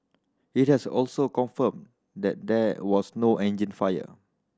it has also confirmed that there was no engine fire